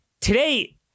today